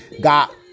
got